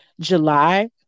july